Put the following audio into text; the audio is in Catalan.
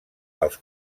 als